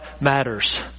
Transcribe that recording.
matters